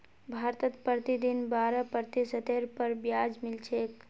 भारतत प्रतिदिन बारह प्रतिशतेर पर ब्याज मिल छेक